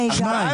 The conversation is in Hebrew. רגע.